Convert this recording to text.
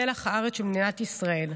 מלח הארץ של מדינת ישראל.